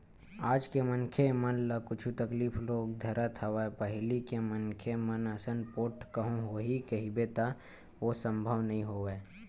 आज के मनखे मन ल कुछु तकलीफ रोग धरत हवय पहिली के मनखे मन असन पोठ कहूँ होही कहिबे त ओ संभव नई होवय